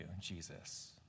Jesus